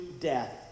death